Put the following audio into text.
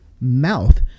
mouth